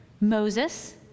moses